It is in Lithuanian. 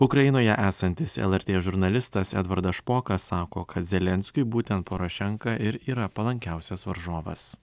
ukrainoje esantis lrt žurnalistas edvardas špokas sako kad zelenskiui būtent porošenka ir yra palankiausias varžovas